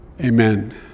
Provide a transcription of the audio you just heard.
Amen